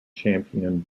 championed